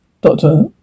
Doctor